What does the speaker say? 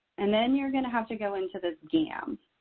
and then you're going to have to go into the gam.